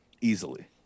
Easily